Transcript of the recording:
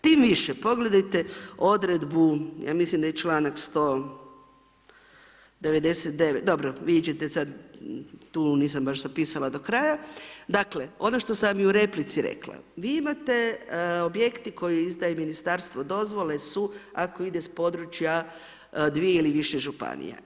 Tim više, pogledajte odredbu, ja mislim daj e članak 199., dobro vidjet ćete sad tu, nisam baš zapisala do kraja, dakle ono što sam i u replici rekla, vi imate objekte koje izdaje ministarstvo, dozvole su ako ide s područje dvije ili više županija.